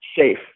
safe